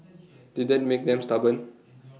did that make them stubborn